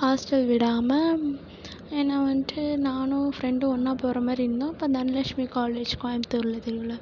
hostel விடாமல் என்னை வந்துட்டு நானும் ஃப்ரெண்டும் ஒன்றா போகிற மாதிரி இருந்தோம அப்போ தனலெட்சுமி காலேஜ் கோயமுத்தூரில் தெரியுமில்ல